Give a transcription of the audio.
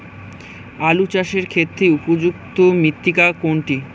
আলু চাষের ক্ষেত্রে উপযুক্ত মৃত্তিকা কোনটি?